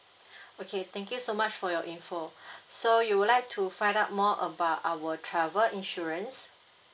okay thank you so much for your info so you would like to find out more about our travel insurance